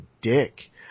dick